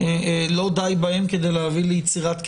לא די בהם כדי להביא ליצירת קשר?